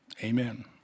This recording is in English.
Amen